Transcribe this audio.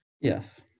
Yes